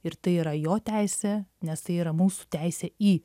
ir tai yra jo teisė nes tai yra mūsų teisė į